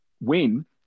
win